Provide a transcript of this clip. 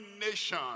nation